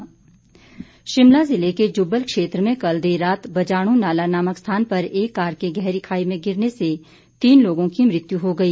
दुर्घटना शिमला जिले के जुब्बल क्षेत्र में कल देर रात बजाणु नाला नामक स्थान पर एक कार के गहरी खाई में गिरने से तीन लोगों की मृत्यु हो गई